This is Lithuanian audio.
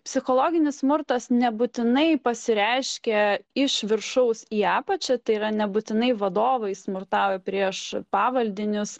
psichologinis smurtas nebūtinai pasireiškia iš viršaus į apačią tai yra nebūtinai vadovai smurtauja prieš pavaldinius